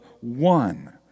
one